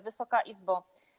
Wysoka Izbo!